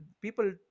people